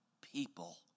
people